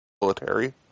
military